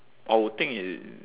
I would think it